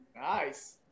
Nice